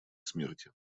смерти